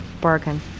bargain